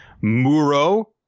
Muro